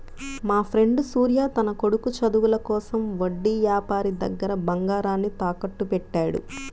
మాఫ్రెండు సూర్య తన కొడుకు చదువుల కోసం వడ్డీ యాపారి దగ్గర బంగారాన్ని తాకట్టుబెట్టాడు